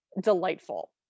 delightful